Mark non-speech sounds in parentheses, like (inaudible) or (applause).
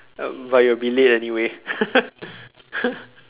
um but you'll be late anyway (laughs)